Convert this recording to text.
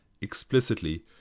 explicitly